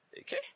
Okay